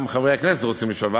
וגם חברי הכנסת רוצים לשאול,